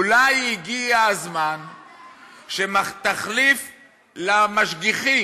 אולי הגיע הזמן שתחליף למשגיחים,